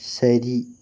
ശരി